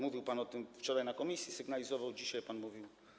Mówił pan o tym wczoraj w komisji, sygnalizował, dzisiaj pan to mówił.